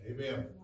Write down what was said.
Amen